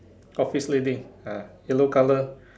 office lady ah yellow color